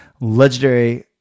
legendary